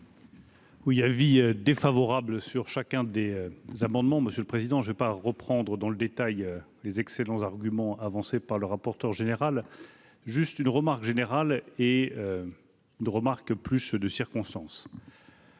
Oui : avis défavorable sur chacun des amendements, monsieur le Président, je pas reprendre dans le détail les excellents arguments avancés par le rapporteur général, juste une remarque générale et de remarques plus de circonstance.